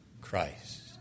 Christ